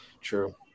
True